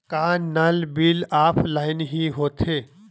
का नल bill offline हि होथे?